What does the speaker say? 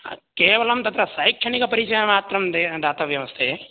केवलं तत्र शैक्षणिकपरिचयमात्रं दे दातव्यमस्ति